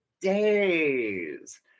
days